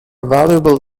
valuable